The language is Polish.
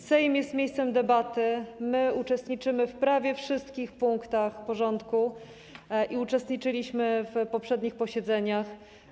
Sejm jest miejscem debaty, my uczestniczymy w prawie wszystkich punktach porządku i uczestniczyliśmy w poprzednich posiedzeniach.